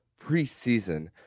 preseason